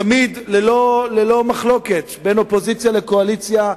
תמיד ללא מחלוקת בין האופוזיציה לבין הקואליציה,